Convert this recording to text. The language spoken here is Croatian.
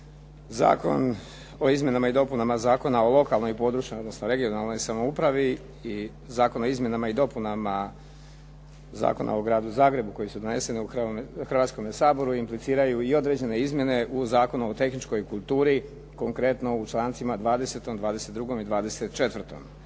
Zakon o izmjenama i dopunama Zakona o lokalnoj i područnoj, odnosno regionalnoj samoupravi i Zakon o izmjenama i dopunama Zakona o Gradu Zagrebu koji su doneseni u Hrvatskome saboru i impliciraju i određene izmjene u Zakonu o tehničkoj kulturi, konkretno u člancima 20., 22. i 24.